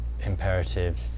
imperative